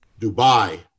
Dubai